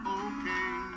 okay